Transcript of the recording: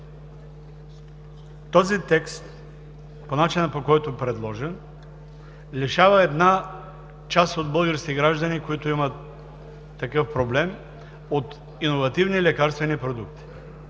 този текст, по начина, по който е предложен, лишава една част от българските граждани, които имат такъв проблем, от иновативни лекарствени продукти.